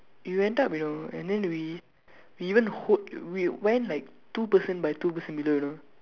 you went up you know and then we we even hold we went like two person by two person below you know